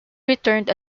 returned